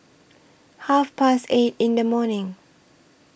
Half Past eight in The morning